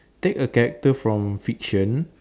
take a character from fiction